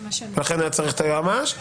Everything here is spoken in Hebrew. ולכן היה צריך את היועמ"ש.